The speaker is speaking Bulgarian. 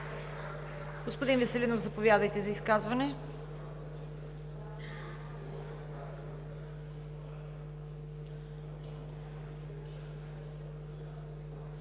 Господин Веселинов, заповядайте за изказване.